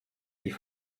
die